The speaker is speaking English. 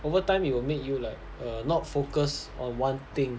over time it will make you like err not focus on one thing